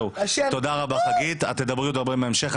רבה חגית, את תדברי עוד דברים בהמשך.